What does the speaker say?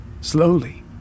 Slowly